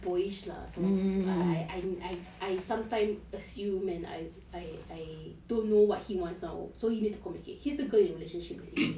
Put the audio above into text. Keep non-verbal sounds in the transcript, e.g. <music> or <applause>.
boyish lah so I I didn't I I sometimes assume and I I I don't know what he wants ah so he have to communicate he's the girl in relationships basically lah <laughs>